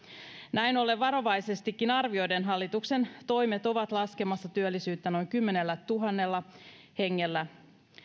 näin ollen varovaisestikin arvioiden hallituksen toimet ovat laskemassa työllisyyttä noin kymmenellätuhannella hengellä